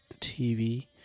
TV